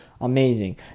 amazing